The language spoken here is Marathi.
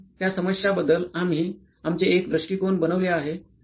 म्हणून त्या समस्यांबद्दल आम्ही आमचे एक दृष्टिकोन बनवले आहे